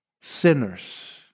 sinners